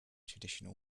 traditional